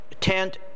tent